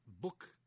book